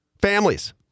families